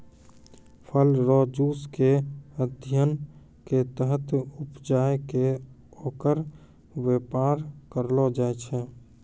फल रो जुस के अध्ययन के तहत उपजाय कै ओकर वेपार करलो जाय छै